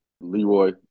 Leroy